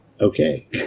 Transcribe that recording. Okay